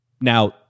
Now